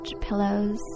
pillows